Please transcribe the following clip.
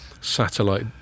satellite